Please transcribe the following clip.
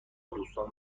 دوستان